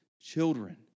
children